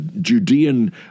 Judean